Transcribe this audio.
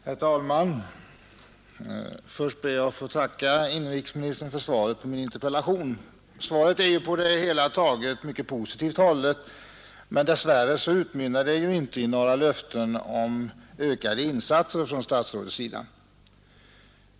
Herr talman! Först ber jag att få tacka inrikesministern för svaret på min interpellation. Svaret är på det hela taget mycket positivt hållet, men dess värre utmynnar det inte i några löften om ökade insatser från statsrådets sida.